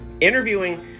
Interviewing